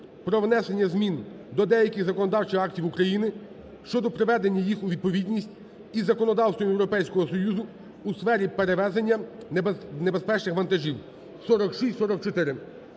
про внесення змін до деяких законодавчих актів України щодо приведення їх у відповідність із законодавством Європейського Союзу у сфері перевезення небезпечних вантажів (4644).